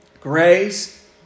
Grace